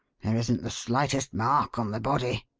there isn't the slightest mark on the body.